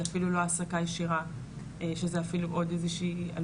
זו אפילו לא העסקה ישירה שזה אפילו עוד עלול